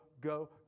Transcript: go